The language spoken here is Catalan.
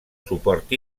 suport